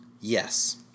Yes